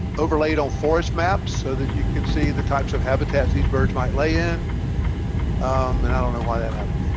overlaid on forest maps so that you can see the types of habitats these birds might lay in and i don't know why that happens